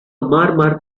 murmur